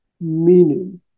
Meaning